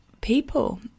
people